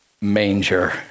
manger